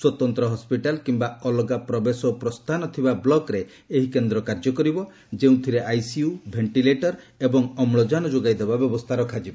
ସ୍ୱତନ୍ତ୍ର ହସ୍କିଟାଲ କିମ୍ବା ଅଲଗା ପ୍ରବେଶ ଓ ପ୍ରସ୍ଥାନ ଥିବା ବ୍ଲକରେ ଏହି କେନ୍ଦ୍ର କାର୍ଯ୍ୟ କରିବ ଯେଉଁଥିରେ ଆଇସିୟୁ ଭେଷ୍ଟିଲେଟର ଏବଂ ଅମ୍ଳଜାନ ଯୋଗାଇଦେବା ବ୍ୟବସ୍ଥା ରଖାଯିବ